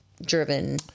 driven